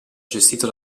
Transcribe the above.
gestito